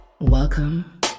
welcome